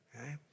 okay